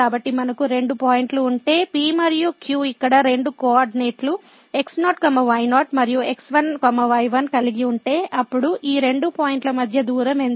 కాబట్టి మనకు రెండు పాయింట్లు ఉంటే P మరియు Q ఇక్కడ రెండు కోఆర్డినేట్లు x0 y0 మరియు x1 y1 కలిగి ఉంటే అప్పుడు ఈ రెండు పాయింట్ల మధ్య దూరం ఎంత